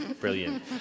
brilliant